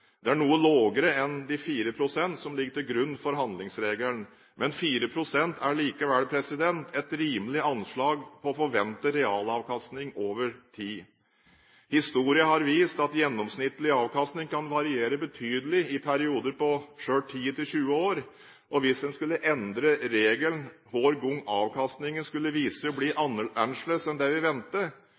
Det er noe lavere enn de 4 pst. som ligger til grunn for handlingsregelen, men 4 pst. er likevel et rimelig anslag på forventet realavkastning over tid. Historien har vist at gjennomsnittlig avkastning kan variere betydelig i perioder på selv 10–20 år. Hvis en skulle endre regelen hver gang avkastningen skulle vise seg å bli annerledes enn det vi